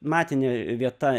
matinė vieta